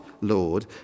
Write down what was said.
Lord